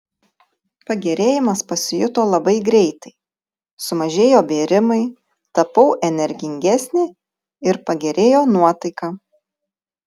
pagerėjimas pasijuto labai greitai sumažėjo bėrimai tapau energingesnė ir pagerėjo nuotaika